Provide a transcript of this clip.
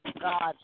God